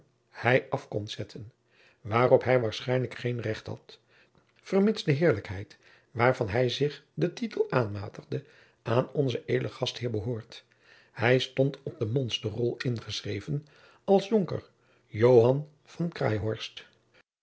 hij af komt zetten waarop hij waarschijnlijk geen recht had vermits de heerlijkheid waarvan hij zich den tijtel aanmatigde aan onzen edelen gastheer behoort hij stond op de monsterrol ingeschreven als jonker